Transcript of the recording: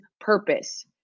purpose